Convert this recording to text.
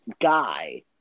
guy